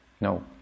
No